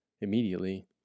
immediately